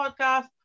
podcast